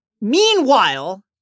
meanwhile